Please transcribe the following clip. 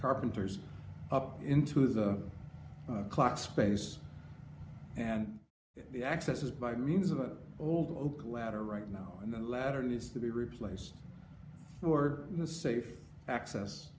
carpenters up into the clock space and access is by means of an old ladder right now and the ladder needs to be replaced or the safe access